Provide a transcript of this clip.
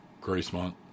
Gracemont